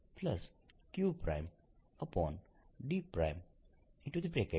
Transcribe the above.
મારે rR પર V0 જોઈએ છે